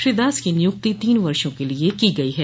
श्री दास की नियुक्ति तीन वर्षो के लिये की गई है